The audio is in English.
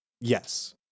Yes